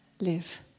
live